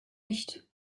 nicht